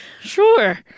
Sure